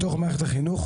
בתוך מערכת החינוך,